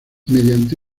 mediante